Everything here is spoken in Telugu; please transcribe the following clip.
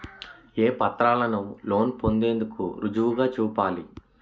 ఏ పత్రాలను లోన్ పొందేందుకు రుజువుగా చూపాలి?